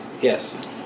Yes